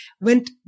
went